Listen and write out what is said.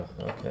okay